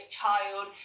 child